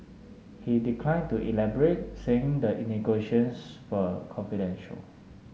he declined to elaborate saying the negotiations for confidential